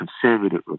conservative